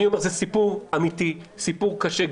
אני אומר שזה סיפור אמיתי, סיפור קשה.